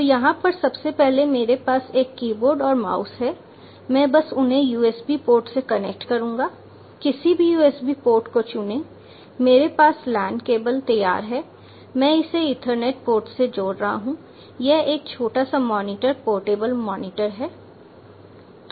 तो यहाँ पर सबसे पहले मेरे पास एक कीबोर्ड और माउस है मैं बस उन्हें USB पोर्ट से कनेक्ट करूँगा किसी भी USB पोर्ट को चुनें मेरे पास LAN केबल तैयार है मैं इसे ईथरनेट पोर्ट से जोड़ रहा हूँ यह एक छोटा सा मॉनिटर पोर्टेबल मॉनिटर है